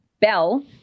bell